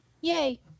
Yay